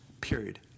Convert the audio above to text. Period